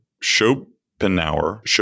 Schopenhauer